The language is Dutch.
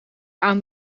aan